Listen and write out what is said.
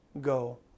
go